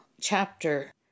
chapter